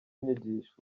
nyigisho